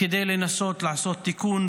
כדי לנסות לעשות תיקון?